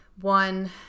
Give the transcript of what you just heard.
one